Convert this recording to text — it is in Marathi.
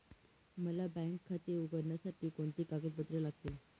मला बँक खाते उघडण्यासाठी कोणती कागदपत्रे लागतील?